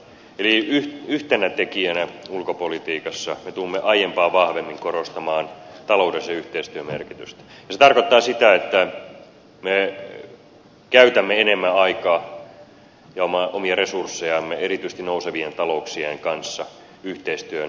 eli yhtenä tekijänä ulkopolitiikassa me tulemme aiempaa vahvemmin korostamaan taloudellisen yhteistyön merkitystä ja se tarkoittaa sitä että me käytämme enemmän aikaa ja omia resurssejamme erityisesti nousevien talouksien kanssa yhteistyön tiivistämiseen